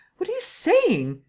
what are you saying.